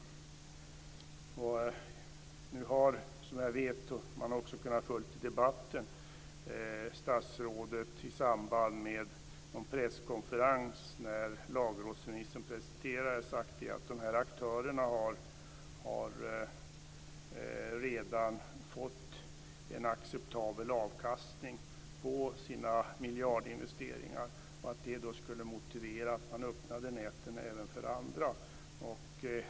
Nu har statsrådet, som jag vet och som man också kunnat följa i debatten, i samband med den presskonferens där lagrådsremissen presenterades sagt att dessa aktörer redan har fått en acceptabel avkastning på sina miljardinvesteringar och att det skulle motivera att näten öppnades även för andra.